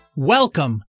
Welcome